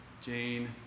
Jane